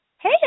Hey